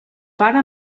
pare